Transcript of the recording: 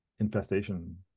infestation